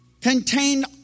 contained